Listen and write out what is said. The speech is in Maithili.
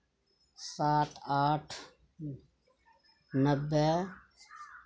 सात आठ नब्बे